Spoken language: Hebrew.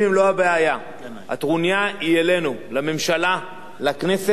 הטרוניה היא אלינו, לממשלה, לכנסת, שאנחנו,